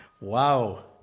Wow